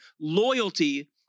loyalty